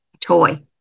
toy